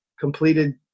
completed